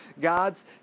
God's